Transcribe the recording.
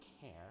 care